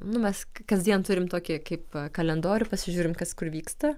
nu mes kasdien turim tokį kaip kalendorių pasižiūrim kas kur vyksta